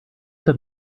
done